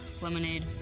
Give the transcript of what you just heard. lemonade